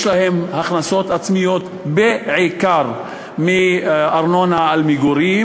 יש להן הכנסות עצמיות בעיקר מארנונה על מגורים.